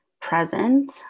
present